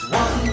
one